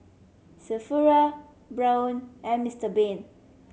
Sephora Braun and Mister Bean